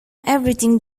everything